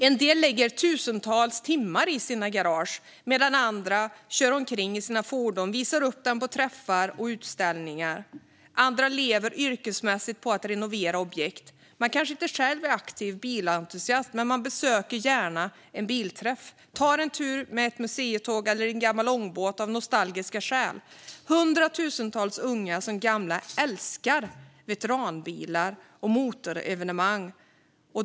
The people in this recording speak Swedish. En del lägger ned tusentals timmar i sina garage medan andra kör omkring i sina fordon, visar upp dem på träffar och utställningar. Andra lever yrkesmässigt på att renovera objekt. De kanske inte själva är aktiva bilentusiaster, men de besöker gärna en bilträff, tar en tur med ett museitåg eller en gammal ångbåt av nostalgiska skäl. Det är hundratusentals, gamla som unga, som älskar veteranbilar och motorevenemang.